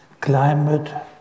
climate